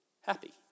Happy